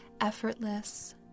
effortless